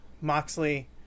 Moxley